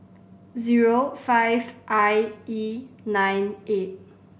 zero five I E nine eight